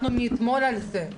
אנחנו מאתמול על זה.